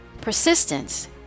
Persistence